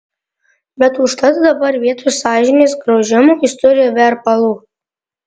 bet užtat dabar vietoj sąžinės graužimo jis turi verpalų